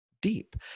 deep